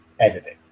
editing